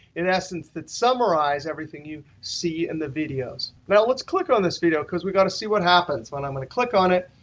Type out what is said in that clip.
in essence, that summarize everything you see in the videos. now let's click on this video because we got to see what happens. when i'm going to click on it,